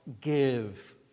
give